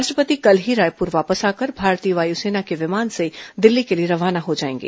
राष्ट्रपति कल ही रायपूर वापस आकर भारतीय वायुसेना के विमान से दिल्ली के लिए रवाना हो जाएंगे